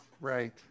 Right